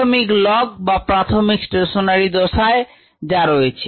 প্রাথমিক log বা প্রাথমিক ষ্টেশনারী দশায় যা রয়েছে